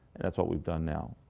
and that's what we've done now.